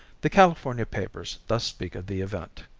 the california papers thus speak of the event